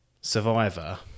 Survivor